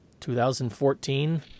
2014